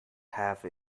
have